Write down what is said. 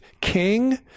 king